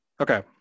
Okay